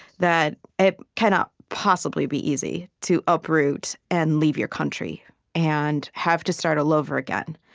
that it cannot possibly be easy to uproot and leave your country and have to start all over again.